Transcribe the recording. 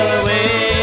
away